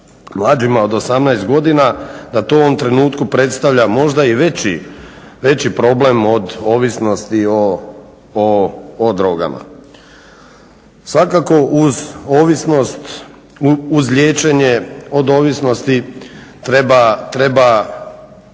mlađima od 18 godina, da u to u ovom trenutku predstavlja možda i veći problem od ovisnosti o drogama. Svakako uz ovisnost, uz liječenje od ovisnosti treba